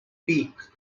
peak